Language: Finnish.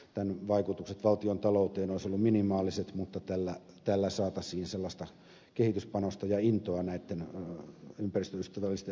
tämän vaikutukset valtiontalouteen olisivat olleet minimaaliset mutta tällä saataisiin sellaista kehityspanosta ja intoa näiden ympäristöystävällisten ajoneuvojen käyttöönottoon